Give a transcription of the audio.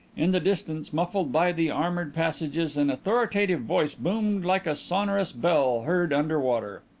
in the distance, muffled by the armoured passages, an authoritative voice boomed like a sonorous bell heard under water.